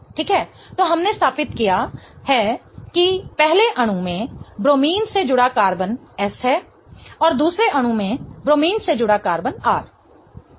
ठीक है तो हमने स्थापित किया है कि पहले अणु में ब्रोमीन से जुड़ा कार्बन S है और दूसरे अणु में ब्रोमीन से जुड़ा कार्बन R